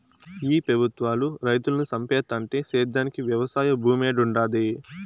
ఈ పెబుత్వాలు రైతులను సంపేత్తంటే సేద్యానికి వెవసాయ భూమేడుంటది